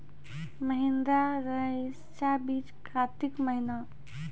महिंद्रा रईसा बीज कार्तिक महीना?